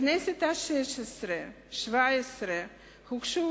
בכנסת השש-עשרה ובכנסת השבע-עשרה הוגשו